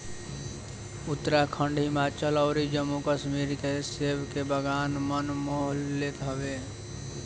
उत्तराखंड, हिमाचल अउरी जम्मू कश्मीर के सेब के बगान मन मोह लेत हवे